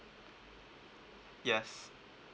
yes